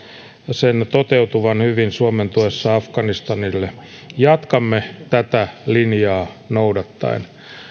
sen toteutuvan hyvin suomen tuessa afganistanille jatkamme tätä linjaa noudattaen